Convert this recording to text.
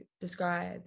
describe